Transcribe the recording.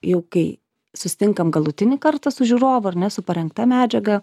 jau kai susitinkam galutinį kartą su žiūrovu ar ne su parengta medžiaga